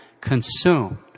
consumed